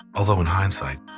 although in hindsight,